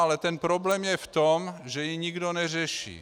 Ale problém je v tom, že ji nikdo neřeší.